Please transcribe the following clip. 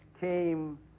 came